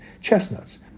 chestnuts